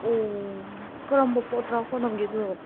ꯑꯣ ꯀꯔꯝꯕ ꯄꯣꯠ ꯂꯥꯛꯄ꯭ꯔꯥ ꯅꯪꯒꯤꯗꯨ